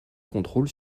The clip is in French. contrôle